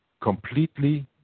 completely